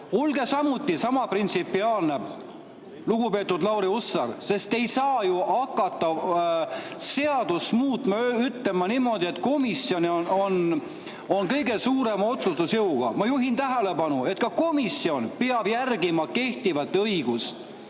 Olge sama printsipiaalne, lugupeetud Lauri Hussar, sest te ei saa ju hakata seadust muutma niimoodi, et komisjon on kõige suurema otsustusjõuga. Ma juhin tähelepanu, et ka komisjon peab järgima kehtivat õigust,